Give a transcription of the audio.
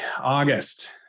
August